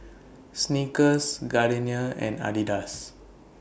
Snickers Gardenia and Adidas